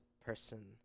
person